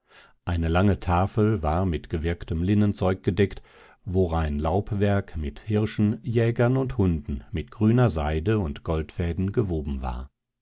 eine lange tafel war mit gewirktem linnenzeug gedeckt worein laubwerk mit hirschen jägern und hunden mit grüner seide und goldfäden gewoben war